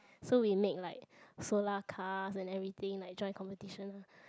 so we make like solar cars and everything like join competition lah